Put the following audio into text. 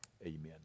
Amen